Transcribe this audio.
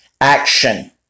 Action